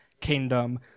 kingdom